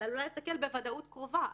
אולי הוא יסכל בוודאות קרובה.